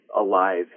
alive